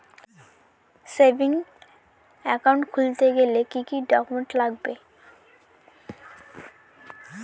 Savings account খুলতে গেলে কি কি ডকুমেন্টস লাগবে?